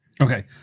Okay